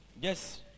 Yes